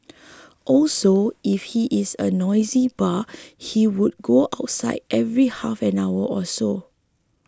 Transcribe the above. also if he is a noisy bar he would go outside every half an hour or so